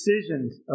decisions